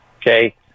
Okay